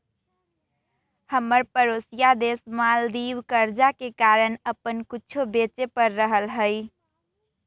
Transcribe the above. हमर परोसिया देश मालदीव कर्जा के कारण अप्पन कुछो बेचे पड़ रहल हइ